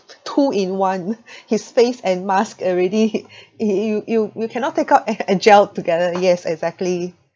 two in one his face and mask already he you you you cannot take out a~ and gel together yes exactly